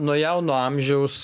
nuo jauno amžiaus